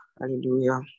Hallelujah